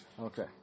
Okay